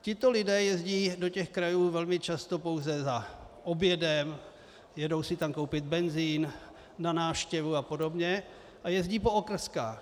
Tito lidé jezdí do těchto krajů velmi často pouze za obědem, jedou si tam koupit benzin, na návštěvu apod. a jezdí po okreskách.